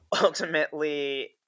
ultimately